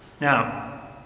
Now